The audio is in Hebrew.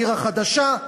העיר החדשה,